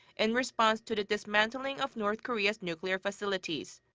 in response to the dismantling of north korea's nuclear facilities.